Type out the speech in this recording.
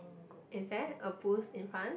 is there a post in front